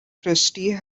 christy